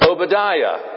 Obadiah